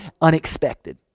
unexpected